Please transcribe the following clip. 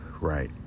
right